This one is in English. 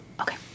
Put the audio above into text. Okay